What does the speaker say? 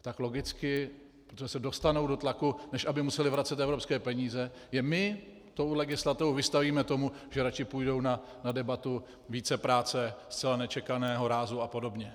Tak logicky se dostanou do tlaku, než aby museli vracet evropské peníze, je my tou legislativou vystavíme tomu, že raději půjdou na debatu vícepráce zcela nečekaného rázu a podobně.